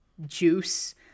juice